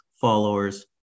followers